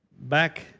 back